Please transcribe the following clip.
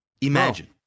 Imagine